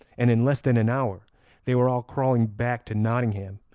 and in less than an hour they were all crawling back to nottingham,